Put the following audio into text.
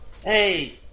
hey